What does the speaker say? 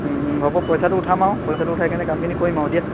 হ'ব পইচাটো উঠাম আৰু পইচাটো উঠাই কেনে কামখিনি কৰিম আৰু দিয়া